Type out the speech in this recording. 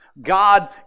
God